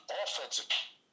offensive